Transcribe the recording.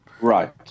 Right